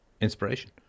inspiration